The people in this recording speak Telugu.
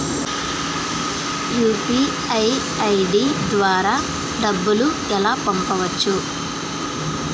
యు.పి.ఐ ఐ.డి ద్వారా డబ్బులు ఎలా పంపవచ్చు?